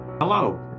Hello